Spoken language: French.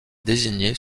désignés